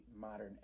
modern